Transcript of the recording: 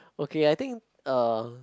okay I think uh